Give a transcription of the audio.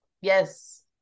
Yes